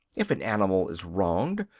if an animal is wronged,